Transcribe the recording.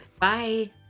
Bye